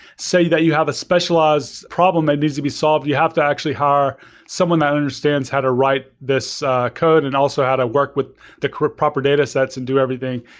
say that you have a specialized problem that needs to be solved, you have to actually hire someone that understands how to write this code, and also how to work with the proper proper data sets and do everything,